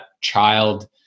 child